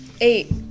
Eight